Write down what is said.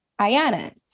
Ayana